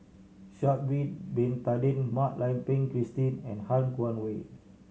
Sha'ari Bin Tadin Mak Lai Peng Christine and Han Guangwei